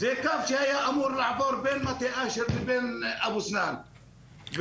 זה קו שהיה אמור לעבור בין מטה אשר לבין אבו סנאן וג'ת-יאנוח,